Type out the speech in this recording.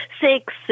six